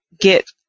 get